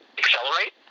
accelerate